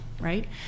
right